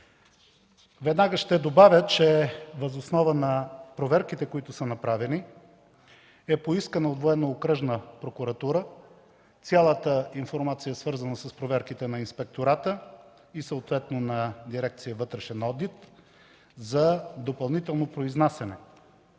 Веднага ще добавя, че въз основа на проверките, които са направени, от Военноокръжна прокуратура е поискана цялата информация, свързана с проверките на Инспектората и на дирекция „Вътрешен одит” за допълнително произнасяне.